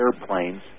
airplanes